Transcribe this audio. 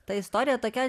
ta istorija tokia